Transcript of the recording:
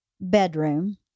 bedroom